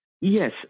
Yes